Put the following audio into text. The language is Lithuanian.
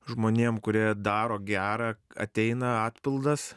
žmonėm kurie daro gera ateina atpildas